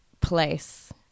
place